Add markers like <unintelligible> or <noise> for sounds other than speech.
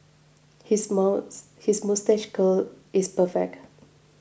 his <unintelligible> his moustache curl is perfect